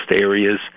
areas